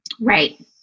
Right